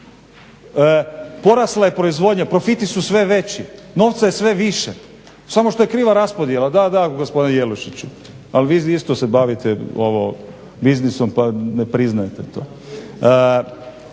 Porasla je proizvodnja, profiti su sve veći, novca je sve više, samo što je kriva raspodjela. Da, da gospodine Jelušiću. Ali vi se isto bavite biznisom pa ne priznajte to.